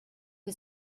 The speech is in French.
que